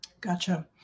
Gotcha